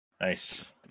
nice